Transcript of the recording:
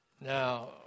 Now